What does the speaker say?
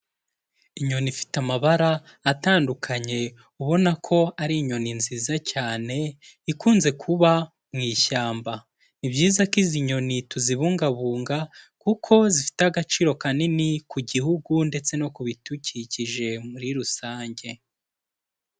inyoni ifite amabara atandukanye ubona ko ari inyoni nziza cyane ikunze kuba mu ishyamba. Ni byiza ko izi nyoni tuzibungabunga kuko zifite agaciro kanini ku gihugu ndetse no ku bidukikije muri rusange